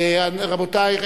רבותי,